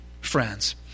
friends